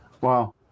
Wow